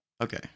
Okay